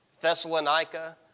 Thessalonica